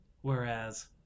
Whereas